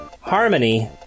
harmony